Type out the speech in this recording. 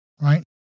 Right